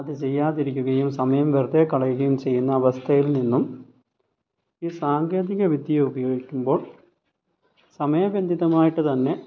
അത് ചെയ്യാതിരിക്കുകയും സമയം വെറുതെ കളയുകയും ചെയ്യുന്ന അവസ്ഥയിൽ നിന്നും ഈ സാങ്കേതികവിദ്യ ഉപയോഗിക്കുമ്പോൾ സമയബന്ധിതമായിട്ട് തന്നെ